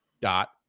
dot